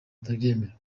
atabyemera